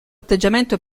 atteggiamento